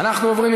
אנחנו עוברים,